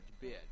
bid